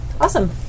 awesome